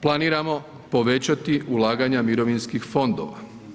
Planiramo povećati ulaganja mirovinskih fondova.